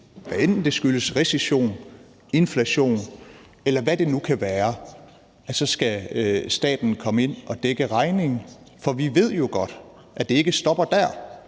hvad enten det skyldes recession, inflation, eller hvad det nu kan være, så skal komme ind og dække regningen. For vi ved jo godt, at det ikke stopper dér.